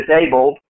disabled